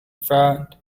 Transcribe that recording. front